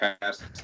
past